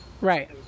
right